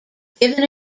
given